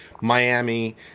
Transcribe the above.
miami